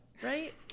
Right